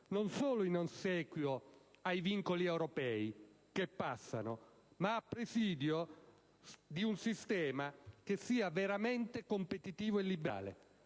non solo in ossequio ai vincoli europei, che passano, ma a presidio di un sistema che sia veramente competitivo e liberale.